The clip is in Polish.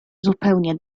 zupełnie